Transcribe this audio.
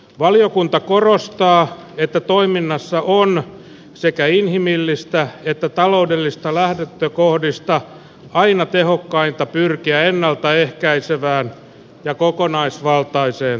valiokunta korostaa että toiminnassa on sekä inhimillisistä että taloudellisista lähtökohdista aina tehokkainta pyrkiä ennalta ehkäisevään ja kokonaisvaltaiseen toimintaan